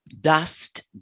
Dust